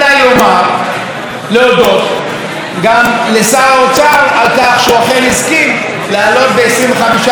להודות גם לשר האוצר על כך שהוא אכן הסכים להעלות ב-25% את התקציב,